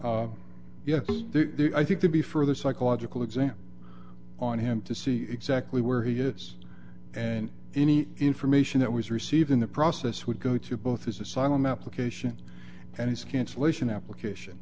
t yes i think to be further psychological exam on him to see exactly where he is and any information that was received in the process would go to both his asylum application and his cancellation application